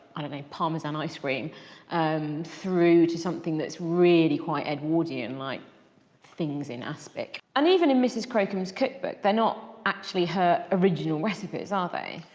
i don't know, parmesan ice cream um through to something that's really quote edwardian like things in aspic. and even in mrs crocombe's cookbook they're not actually her original recipes are they?